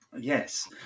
Yes